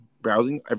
browsing